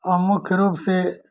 और मुख्य रूप से